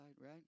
right